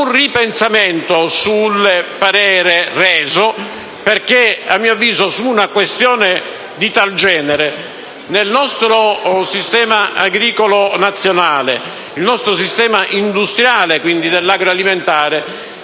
un ripensamento sul parere reso perché, a mio avviso, su una questione di tal genere, il nostro sistema agricolo nazionale e il nostro sistema industriale dell'agro alimentare